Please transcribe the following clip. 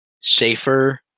safer